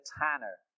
Tanner